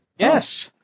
Yes